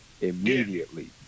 immediately